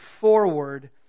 forward